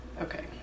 Okay